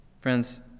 Friends